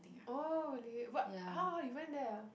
oh really but !huh! !huh! you went there ah